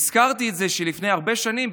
הזכרתי את זה שלפני הרבה שנים,